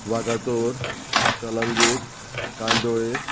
Vagator Calangute Candolim